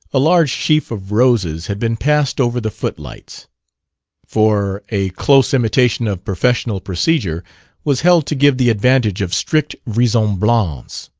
a large sheaf of roses had been passed over the footlights for a close imitation of professional procedure was held to give the advantage of strict vraisemblance.